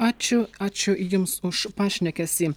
ačiū ačiū jums už pašnekesį